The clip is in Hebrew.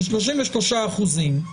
של 33 אחוזים.